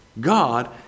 God